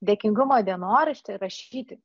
dėkingumo dienoraštį rašyti